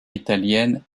italienne